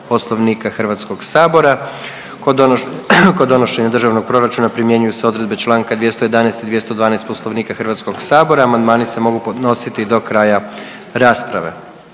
Poslovnika Hrvatskoga sabora. Kod donošenja Državnog proračuna primjenjuju se odredbe čl. 211. i 212. Poslovnika Hrvatskoga sabora. Amandmani se mogu podnositi do kraja rasprave.